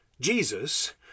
Jesus